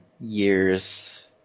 years